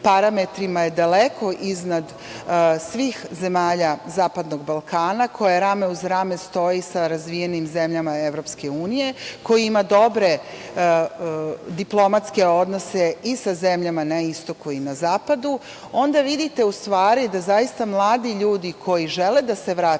parametrima daleko iznad svih zemalja zapadnog Balkana, koja rame uz rame stoji sa razvijenim zemljama EU, koja ima dobre diplomatske odnose i sa zemljama i na istoku i na zapadu, onda vidite da mladi ljudi koji žele da se vrate